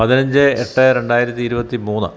പതിനഞ്ച് എട്ട് രണ്ടായിരത്തി ഇരുപത്തി മൂന്ന്